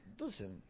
Listen